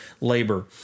labor